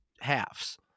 halves